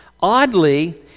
Oddly